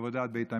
עבודת בית המקדש.